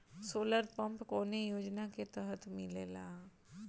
Solar pump कौने योजना के तहत मिलेला?